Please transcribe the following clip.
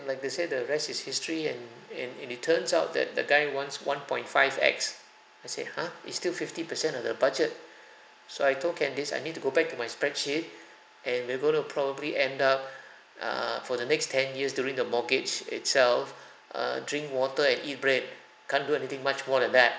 like they said the rest is history and and and it turns out that the guy wants one point five X I said !huh! it's still fifty percent out of the budget so I told candace I need to go back to my spreadsheet and we're going to probably end up err for the next ten years during the mortgage itself err drink water and eat bread can't do anything much more than that